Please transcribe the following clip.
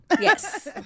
Yes